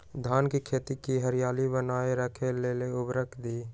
धान के खेती की हरियाली बनाय रख लेल उवर्रक दी?